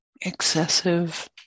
excessive